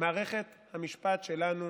מערכת המשפט שלנו